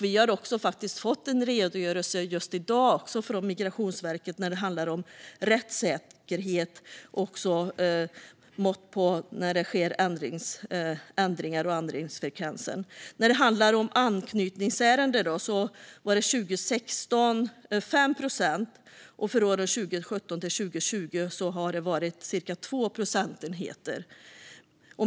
Vi har fått en redogörelse i dag från Migrationsverket när det handlar om rättssäkerhet och mått för ändringsfrekvensen. När det handlar om anknytningsärenden var den 5 procentenheter 2016, och för åren 2017-2020 var den cirka 2 procentenheter.